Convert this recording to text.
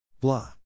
Blah